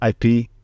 IP